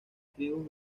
tribus